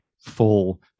full